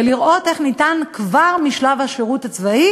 לראות איך אפשר כבר משלב השירות הצבאי